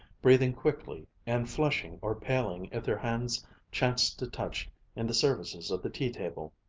breathing quickly, and flushing or paling if their hands chanced to touch in the services of the tea-table.